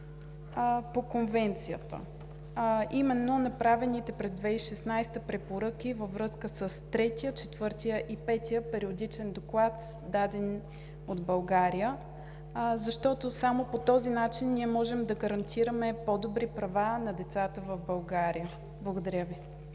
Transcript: по Конвенцията, а именно направените през 2016 г. препоръки във връзка с Третия, Четвъртия и Петия периодичен доклад, даден от България, защото само по този начин ние можем да гарантираме по-добри права на децата в България. Благодаря Ви.